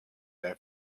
than